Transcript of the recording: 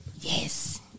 Yes